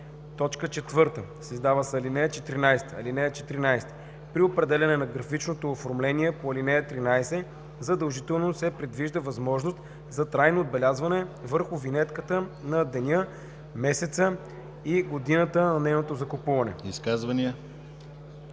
ползване“. 4. Създава се ал. 14: „(14) При определяне на графичното оформление по ал. 13 задължително се предвижда възможност за трайно отбелязване върху винетката на деня, месеца и годината на нейното закупуване.“